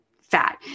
fat